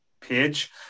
page